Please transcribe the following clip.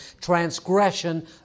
transgression